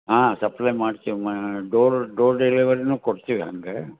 ಹಾಂ ಸಪ್ಲೈ ಮಾಡ್ತೀವಿ ಮಾ ಡೋರ್ ಡೋರ್ ಡೆಲಿವರಿನು ಕೊಡ್ತೀವಿ ಹಾಗೆ